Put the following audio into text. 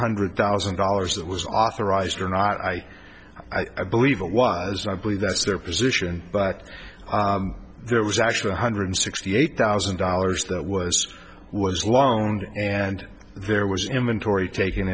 hundred thousand dollars that was authorized or not i i believe it was i believe that's their position but there was actually one hundred sixty eight thousand dollars that was was loaned and there was him and tori taking